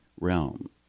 realm